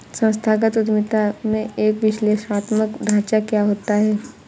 संस्थागत उद्यमिता में एक विश्लेषणात्मक ढांचा क्या होता है?